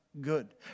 good